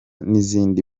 n’izindi